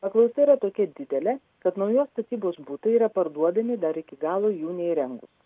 paklausa yra tokia didelė kad naujos statybos butai yra parduodami dar iki galo jų neįrengus